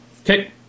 Okay